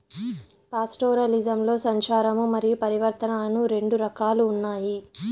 పాస్టోరలిజంలో సంచారము మరియు పరివర్తన అని రెండు రకాలు ఉన్నాయి